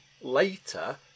later